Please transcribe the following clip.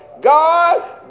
God